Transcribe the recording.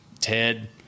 Ted